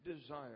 desire